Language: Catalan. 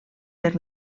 per